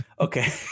Okay